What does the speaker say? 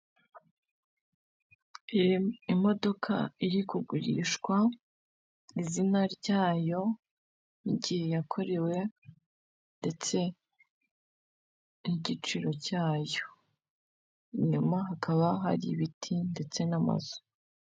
Imodoka iri kugurishwa, izina ryayo, igihe yakorewe ndetse n'igiciro cyayo, inyuma hakaba hari ibiti ndetse n'amazu.